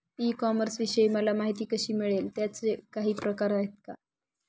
E कॉमर्सविषयी मला माहिती कशी मिळेल? त्याचे काही प्रकार आहेत का?